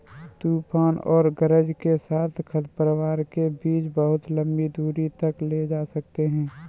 तूफान और गरज के साथ खरपतवार के बीज बहुत लंबी दूरी तक ले जा सकते हैं